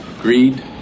greed